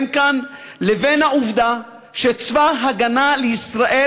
כאן לבין העובדה שצבא הגנה לישראל,